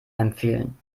empfehlen